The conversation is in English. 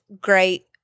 great